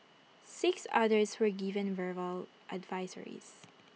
six others were given verbal advisories